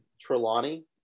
trelawney